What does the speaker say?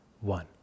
one